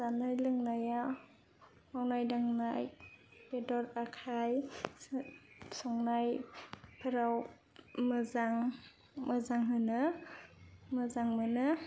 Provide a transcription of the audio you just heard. जानाय लोंनाया मावनाय दांनाय बेदर आखाय संनायफोराव मोजां मोजां होनो मोजां मोनो